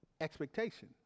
Expectation